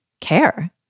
care